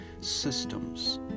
systems